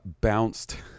bounced